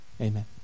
Amen